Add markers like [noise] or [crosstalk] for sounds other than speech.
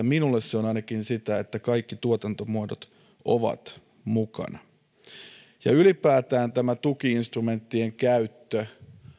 [unintelligible] minulle se on sitä että kaikki tuotantomuodot ovat mukana ylipäätään tämä tuki instrumenttien käyttö